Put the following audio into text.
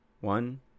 One